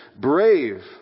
brave